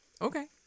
Okay